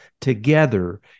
together